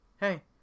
Hey